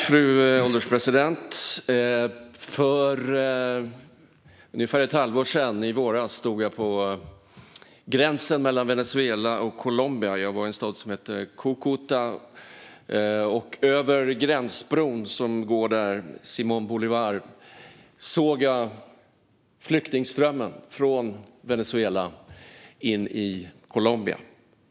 Fru ålderspresident! För ungefär ett halvår sedan, i våras, stod jag på gränsen mellan Venezuela och Colombia. Jag var i en stad som heter Cúcuta. Över gränsbron som går där, Simón Bolívar, såg jag flyktingströmmen från Venezuela in i Colombia.